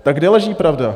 Tak kde leží pravda?